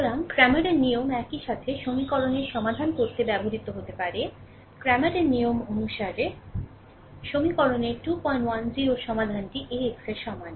সুতরাং Cramer এর নিয়ম একই সাথে সমীকরণের সমাধান করতে ব্যবহৃত হতে পারে Cramer এর নিয়ম অনুসারে সমীকরণের 210 এর সমাধানটি AX এর সমান